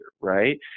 right